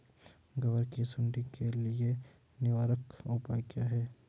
ग्वार की सुंडी के लिए निवारक उपाय क्या है?